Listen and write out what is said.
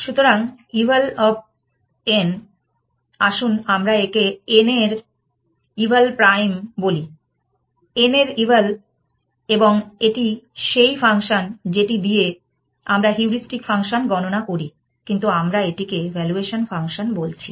সুতরাং eval of n আসুন আমরা একে n এর ইভাল প্রাইম বলি n এর ইভাল এবং এটি সেই ফাংশন যেটি দিয়ে আমরা হিউরিস্টিক ফাংশন গণনা করি কিন্তু আমরা এটিকে ভ্যালুয়েশন ফাংশন বলছি